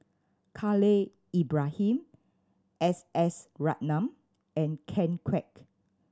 Khalil Ibrahim S S Ratnam and Ken Kwek